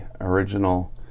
original